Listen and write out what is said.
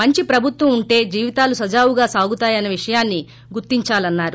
మంచి ప్రభుత్వం ఉంటే జీవితాలు సజావుగా సాగుతాయన్న విషయాన్ని గుర్తించాలన్నారు